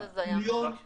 100 מיליון שקלים.